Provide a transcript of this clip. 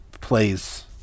plays